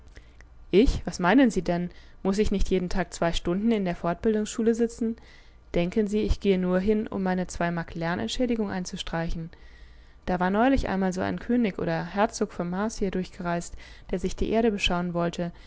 ich was meinen sie denn muß ich nicht jeden tag zwei stunden in der fortbildungsschule sitzen denken sie ich gehe nur hin um meine zwei mark lern entschädigung einzustreichen da war neulich einmal so ein könig oder herzog vom mars hier durchgereist der sich die erde beschauen wollte